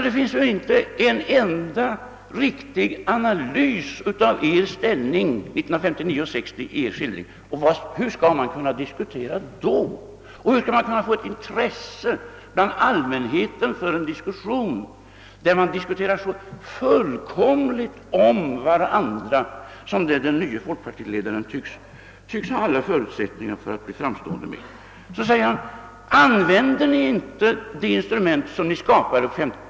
Det finns inte en enda riktig analys av folkpartiets inställning åren 1959 och 1960 i herr Wedéns skildring. Hur skall man kunna diskutera och hur skall man kunna skapa ett intresse bland allmänheten för denna diskussion, om argumenten går så fullkomligt förbi varandra en konst som den nye folkpartiledaren tycks ha alla förutsättningar att bli framstående i? Nu frågar herr Wedén: Använder ni inte de instrument som ni skapade år 1959?